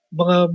mga